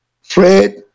Fred